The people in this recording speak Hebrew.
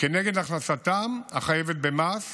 כנגד הכנסתם החייבת המס